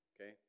Okay